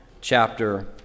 chapter